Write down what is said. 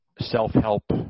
self-help